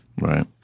Right